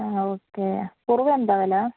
ആ ഓക്കെ കുറവ എന്താണ് വില